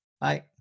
bye